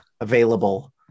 available